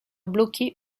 bloqué